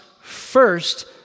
first